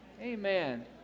Amen